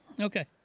Okay